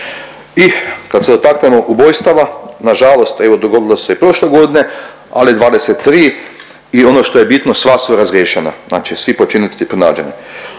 I kad se dotaknemo ubojstava, nažalost evo dogodilo se i prošle godine ali 23, i ono što je bitno, sva su razriješena, znači svi počinitelji pronađeni.